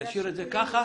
להשאיר את זה כך,